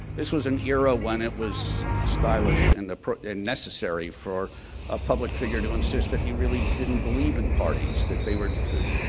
this was an era when it was stylish and and necessary for a public figure to insist that he really didn't believe in parties, that they were the